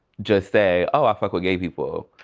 just say, oh i fuck with gay people.